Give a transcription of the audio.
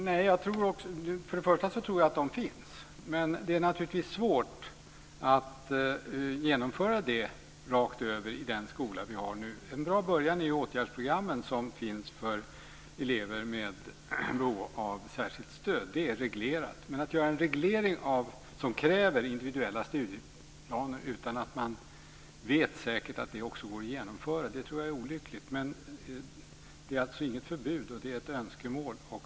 Herr talman! Till att börja med tror jag att det finns individuella studieplaner. Men det är naturligtvis svårt att genomföra detta rakt över i den skola som vi har nu. En bra början är de åtgärdsprogram som finns för elever med behov av särskilt stöd, och detta finns reglerat. Men att införa en reglering som kräver individuella studieplaner utan att man säkert vet att det går att genomföra vore olyckligt. Men det finns alltså inget förbud, utan det är ett önskemål.